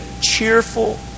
cheerful